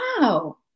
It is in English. wow